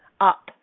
up